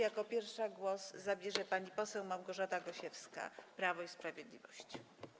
Jako pierwsza głos zabierze pani poseł Małgorzata Gosiewska, Prawo i Sprawiedliwość.